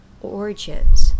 origins